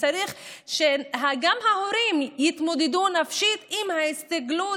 וצריך שגם ההורים יתמודדו נפשית עם ההסתגלות